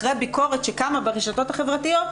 אחרי ביקורת שקמה ברשתות החברתיות,